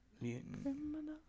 Mutant